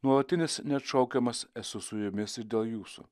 nuolatinis neatšaukiamas esu su jumis ir dėl jūsų